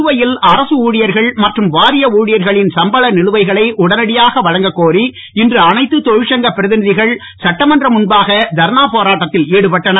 புதுவையில் அரசு ஊழியர்கள் மற்றும் வாரிய ஊழியர்களின் சம்பள நிலுவைகளை உடனடியாக வழங்கக்கோரி இன்று அனைத்து தொழிற்சங்க பிரதிநிதிகள் சட்டமன்றம் முன்பாக தர்ணா போராட்டத்தில் ஈடுபட்டனர்